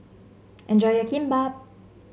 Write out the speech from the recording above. enjoy your Kimbap